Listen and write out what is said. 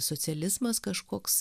socializmas kažkoks